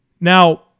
Now